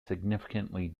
significantly